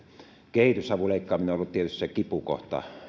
kehitysavun leikkaaminen on ollut tietysti se kipukohta